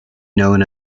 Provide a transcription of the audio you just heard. known